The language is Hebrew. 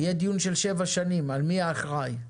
יהיה דיון של שבע שנים מי האחראי,